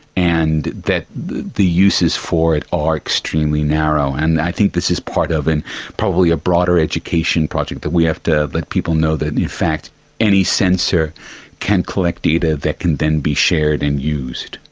and that the uses for it are extremely narrow. and i think this is part of and probably a broader education project, that we have to let people know that in fact any sensor can collect data that can then be shared and used.